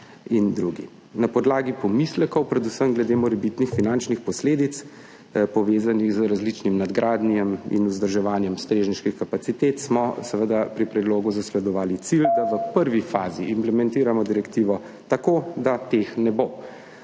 Na podlagi pomislekov, predvsem glede morebitnih finančnih posledic, povezanih z različnimi nadgradnjami in vzdrževanjem strežniških kapacitet, smo pri predlogu zasledovali cilj, da v prvi fazi implementiramo direktivo tako, da teh ne bo.